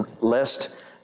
lest